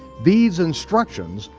these instructions,